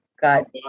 got